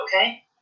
okay